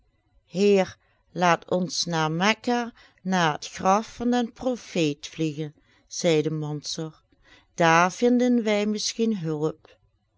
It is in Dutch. heer laat ons naar mecca naar het graf van den profeet vliegen zeide mansor daar vinden wij misschien hulp